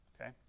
okay